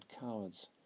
cowards